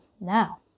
now